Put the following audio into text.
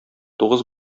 тугыз